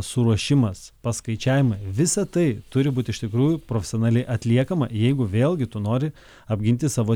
suruošimas paskaičiavimai visa tai turi būti iš tikrųjų profesionaliai atliekama jeigu vėlgi tu nori apginti savo